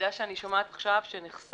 המידע שאני שומעת עכשיו שנחסך.